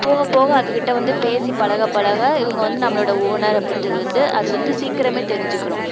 போக போக அதுக்கிட்ட வந்து பேசி பழக பழக இவங்க வந்து நம்மளோடய ஓனர் அப்படின்றது வந்து அது வந்து சீக்கிரமே தெரிஞ்சிக்கிடும்